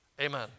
Amen